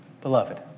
Beloved